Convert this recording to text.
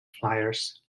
flyers